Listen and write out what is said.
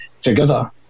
together